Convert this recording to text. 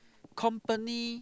company